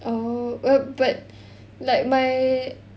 oh uh but like my